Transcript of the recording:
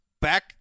back